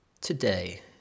Today